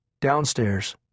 Downstairs